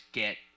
get